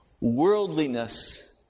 worldliness